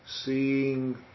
seeing